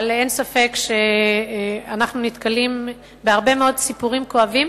אבל אין ספק שאנחנו נתקלים בהרבה מאוד סיפורים כואבים